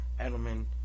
Edelman